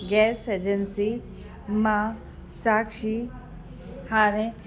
gas agency मां साक्षी हाणे